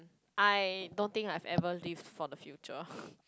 I don't think I've ever lived for the future